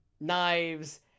Knives